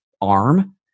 arm